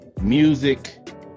music